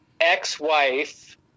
ex-wife